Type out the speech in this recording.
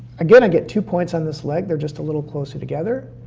again, i get two points on this leg, they're just a little closer together.